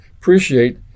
appreciate